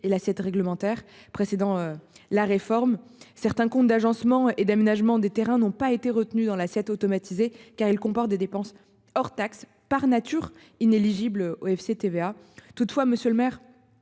et l'assiette réglementaire précédent la réforme certains comptes d'agencement et d'aménagement des terrains n'ont pas été retenus dans l'assiette automatisée car il comporte des dépenses hors taxe par nature in éligibles au FCTVA. Toutefois, Monsieur le Maire.